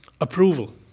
Approval